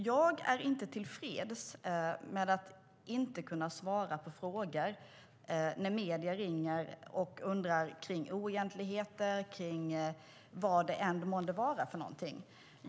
Jag är inte tillfreds med att inte kunna svara på frågor när medier ringer och undrar över oegentligheter och vad det än månde vara.